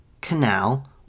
canal